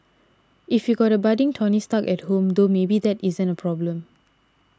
if you got a budding Tony Stark at home though maybe that isn't a problem